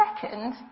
second